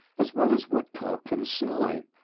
as well as woodcock and snipe,